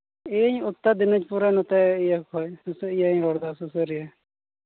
ᱤᱧ ᱩᱛᱛᱚᱨ ᱫᱤᱱᱟᱹᱡᱽᱯᱩᱨ ᱨᱮ ᱱᱚᱛᱮ ᱤᱭᱟᱹ ᱠᱷᱚᱱ ᱤᱭᱟᱹᱧ ᱨᱚᱲᱫᱟ ᱥᱩᱥᱟᱹᱨᱤᱭᱟᱹ